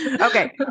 Okay